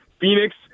Phoenix